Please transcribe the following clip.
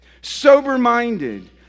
sober-minded